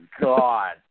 god